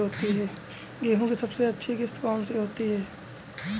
गेहूँ की सबसे अच्छी किश्त कौन सी होती है?